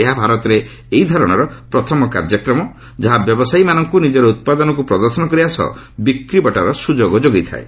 ଏହା ଭାରତରେ ଏହି ଧରଣର ପ୍ରଥମ କାର୍ଯ୍ୟକ୍ରମ ଯାହା ବ୍ୟବସାୟିମାନଙ୍କୁ ନିଜର ଉତ୍ପାଦକୁ ପ୍ରଦର୍ଶନ କରିବା ସହ ବିକ୍ରିବଟାର ସୁଯୋଗ ଯୋଗାଇଥାଏ